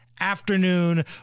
afternoon